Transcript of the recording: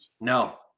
No